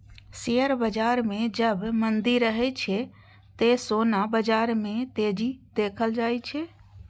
share बाजार मे जब मंदी रहै छै, ते सोना बाजार मे तेजी देखल जाए छै